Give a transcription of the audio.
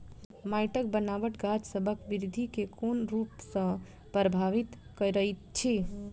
माइटक बनाबट गाछसबक बिरधि केँ कोन रूप सँ परभाबित करइत अछि?